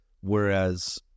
whereas